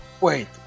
Wait